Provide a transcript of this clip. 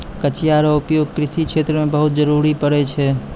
कचिया रो उपयोग कृषि क्षेत्र मे बहुत जरुरी पड़ै छै